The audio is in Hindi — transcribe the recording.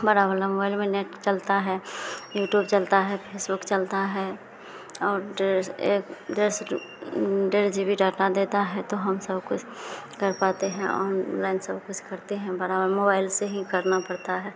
बड़ा वाला मोबाइल में नेट चलता है यूट्यूब चलता है फेसबुक चलता है और डेढ़ सौ एक डेढ़ डेढ़ जी बी डाटा देता है तो हम सब कुछ कर पाते हैं ऑनलइन सब कुछ करते हैं बड़ा वाला मोबाइल से ही करना पड़ता है